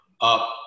up